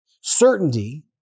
Certainty